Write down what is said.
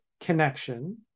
connection